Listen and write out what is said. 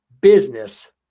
business